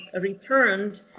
returned